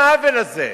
למה העוול הזה?